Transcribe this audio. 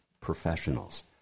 professionals